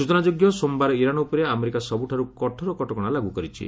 ସ୍ୱଚନାଯୋଗ୍ୟ ସୋମବାର ଇରାନ୍ ଉପରେ ଆମେରିକା ସବୁଠାରୁ କଠୋର କଟକଣା ଲାଗୁ କରିଛି